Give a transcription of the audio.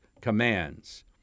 commands